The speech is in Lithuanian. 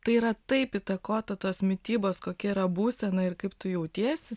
tai yra taip įtakota tos mitybos kokia yra būsena ir kaip tu jautiesi